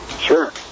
Sure